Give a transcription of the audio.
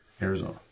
Arizona